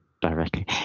directly